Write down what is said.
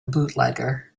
bootlegger